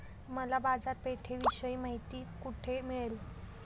मला बाजारपेठेविषयी माहिती कोठे मिळेल?